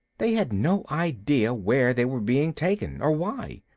they had no idea where they were being taken, or why.